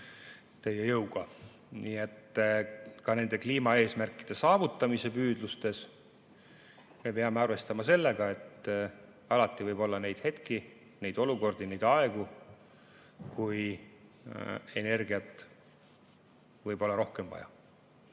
täie jõuga. Nii et ka nende kliimaeesmärkide saavutamise püüdlustes me peame arvestama sellega, et alati võib olla neid hetki, neid olukordi, neid aegu, kui energiat võib olla rohkem vaja.